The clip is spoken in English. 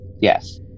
Yes